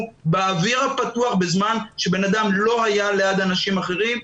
באוויר הפתוח בזמן שבן אדם לא היה ליד אנשים אחרים,